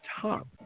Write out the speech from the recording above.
top